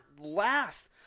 last